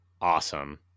awesome